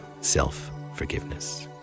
self-forgiveness